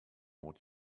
what